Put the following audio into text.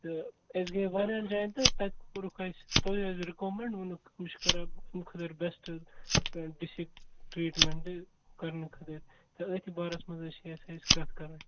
تہٕ أسۍ گٔے واریاہَن جایَن تہٕ تَتہِ کوٚرُکھ اَسہِ تُہۍ حظ رِکَمنڈ ؤنیُک یہِ چھِ کران أمۍ خٲطرٕ بیٚسٹ ڈِسِک ٹرٛیٖٹمینٹ کَرنہٕ خٲطر تہٕ أتھۍ بارَس منٛز ٲسۍ یژھان أسۍ کَتھ کَرٕنۍ